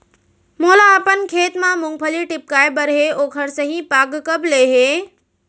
मोला अपन खेत म मूंगफली टिपकाय बर हे ओखर सही पाग कब ले हे?